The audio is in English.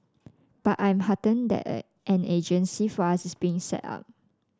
but I am heartened that an agency for us is being set up